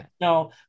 no